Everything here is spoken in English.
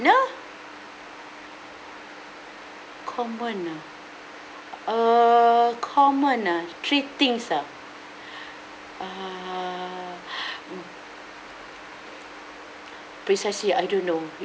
common uh err common uh three things uh err mm precisely I don't know